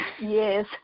yes